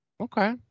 Okay